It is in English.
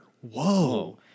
Whoa